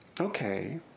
okay